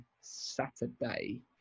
Saturday